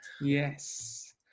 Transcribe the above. Yes